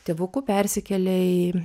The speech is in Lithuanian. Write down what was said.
tėvuku persikėlė į